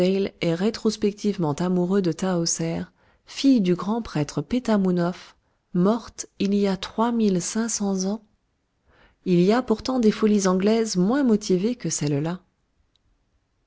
est rétrospectivement amoureux de tahoser fille du grand prêtre pétamounoph morte il y a trois mille cinq cents ans il y a pourtant des folies anglaises moins motivées que celle-là